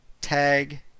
Tag